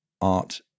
art